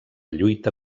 lluita